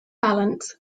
balance